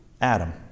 Adam